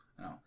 No